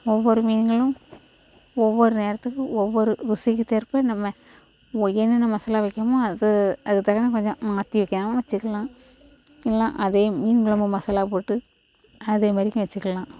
ஒவ்வொரு மீன்களும் ஒவ்வொரு நேரத்துக்கு ஒவ்வொரு ருசிக்குத்கேற்ப நம்ம நம்ம என்னென்ன மசாலா வைக்கணுமோ அது அதுக்கு தகுந்த கொஞ்ச மாற்றி வைக்கணும்னா வச்சிக்கலாம் இல்லைனா அதே மீன் கொழம்பு மசாலா போட்டு அதே மாதிரிக்கு வச்சுக்கலாம்